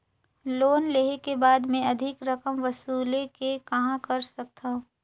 Loan लेहे के बाद मे अधिक रकम वसूले के कहां कर सकथव?